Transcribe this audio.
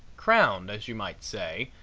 crowned, as you might say,